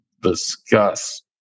discuss